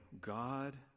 God